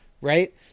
right